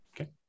Okay